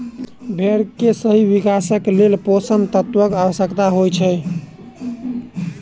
भेंड़ के सही विकासक लेल पोषण तत्वक आवश्यता होइत छै